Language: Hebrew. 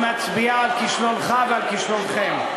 המצביעה על כישלונך ועל כישלונכם.